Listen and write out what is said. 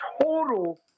total